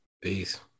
Peace